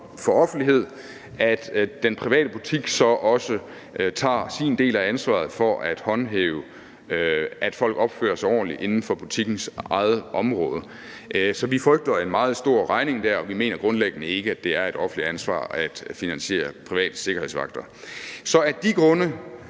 og offentligheden, at den private butik så også tager sin del af ansvaret for at håndhæve, at folk opfører sig ordentligt inden for butikkens eget område. Så vi frygter en meget stor regning der, og vi mener grundlæggende ikke, at det er et offentligt ansvar at finansiere private sikkerhedsvagter. Så af de grunde